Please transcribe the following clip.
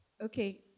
Okay